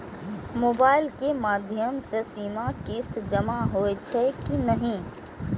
Mobile के माध्यम से सीमा किस्त जमा होई छै कि नहिं?